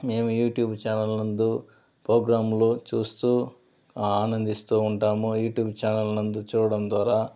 మేము YouTube channel నందు పోగ్రామ్లు చూస్తూ ఆనందిస్తూ ఉంటాము యూట్యూబ్ ఛానెల్ నందు చూడడం ద్వారా